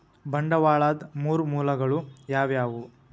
ಬಂಡವಾಳದ್ ಮೂರ್ ಮೂಲಗಳು ಯಾವವ್ಯಾವು?